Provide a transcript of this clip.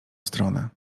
stronę